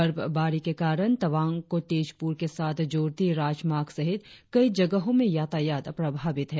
बर्फभारी के कारण तवांग को तेजपूर के साथ जोड़ती राजमार्ग सहित कई जगहों में यातायात प्रभावित है